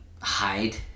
hide